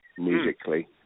musically